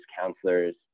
counselors